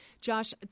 Josh